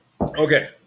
Okay